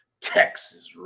Texas